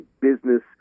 business